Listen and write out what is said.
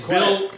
Bill